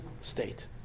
state